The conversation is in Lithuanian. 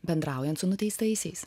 bendraujant su nuteistaisiais